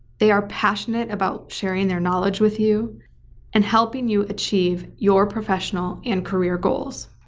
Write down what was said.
they are passionate about sharing their knowledge with you and helping you achieve your professional and career goals.